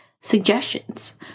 Suggestions